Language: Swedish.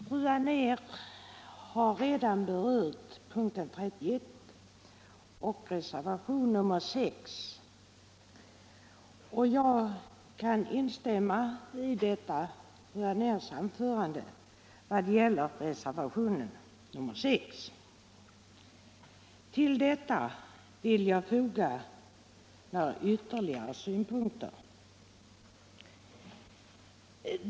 Fru talman! Fru Anér har redan berört punkten 31 och reservationen 6 och jag kan instämma i hennes anförande i vad gäller reservationen 6. Till detta vill jag foga några ytterligare synpunkter.